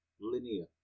linear